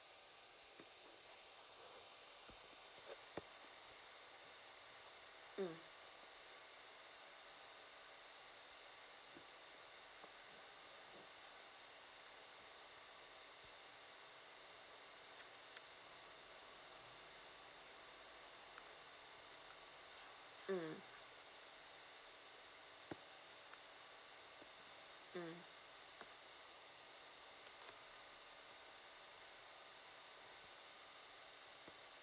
mmhmm